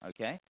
okay